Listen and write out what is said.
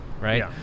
right